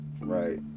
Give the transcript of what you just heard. Right